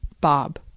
Bob